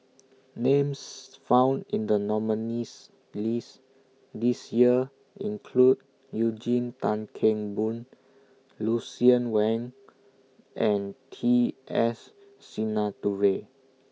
Names found in The nominees' list This Year include Eugene Tan Kheng Boon Lucien Wang and T S Sinnathuray